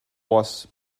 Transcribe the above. was